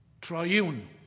triune